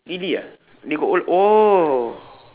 really ah they got O-l~ oh